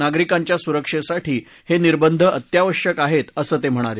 नागरिकांच्या सुरक्षेसाठी हे निर्बंध अत्यावश्यक आहेत असं ते म्हणाले